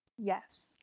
Yes